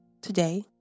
Today